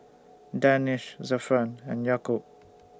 Danish Zafran and Yaakob